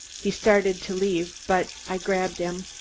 he started to leave, but i grabbed him.